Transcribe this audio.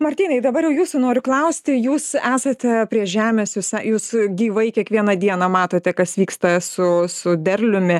martynai dabar jau jūsų noriu klausti jūs esate prie žemės visa jūs gyvai kiekvieną dieną matote kas vyksta su su derliumi